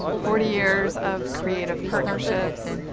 forty years of creative partnerships,